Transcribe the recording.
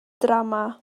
drama